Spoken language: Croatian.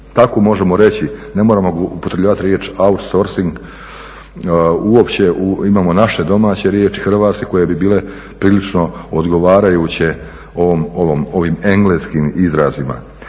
tako možemo reći, ne moramo upotrebljavati riječ outsourcing uopće. Imamo naše domaće riječi hrvatske koje bi bile prilično odgovarajuće ovim engleskim izrazima.